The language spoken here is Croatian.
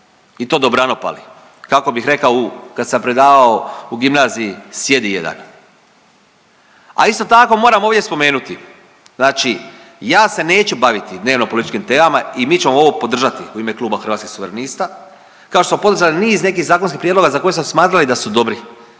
i to dobrano pali. Kako bih rekao kad sam predavao u gimnaziji sjedi jedan. A isto tako moram ovdje spomenuti, znači ja se neću baviti dnevno-političkim temama i mi ćemo ovo podržati u ime kluba Hrvatskih suverenista kao što smo podržali niz nekih zakonskih prijedloga za koje smo smatrali da su dobri